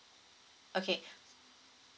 okay